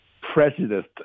prejudiced